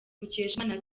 mukeshimana